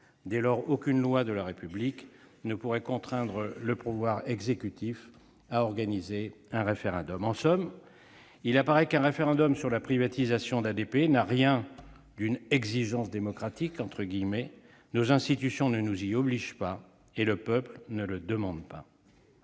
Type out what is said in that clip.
Dès lors, aucune loi de la République ne pourrait contraindre le pouvoir exécutif à organiser un référendum. En somme, il apparaît qu'un référendum sur la privatisation d'ADP n'a rien d'une « exigence démocratique ». Nos institutions ne nous y obligent pas, et le peuple ne le demande pas.